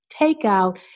takeout